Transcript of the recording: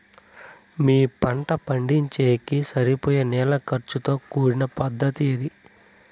మీ పంట పండించేకి సరిపోయే నీళ్ల ఖర్చు తో కూడిన పద్ధతి ఏది?